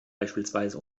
beispielsweise